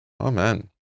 Amen